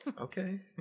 Okay